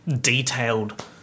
detailed